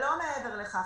לא מעבר לכך.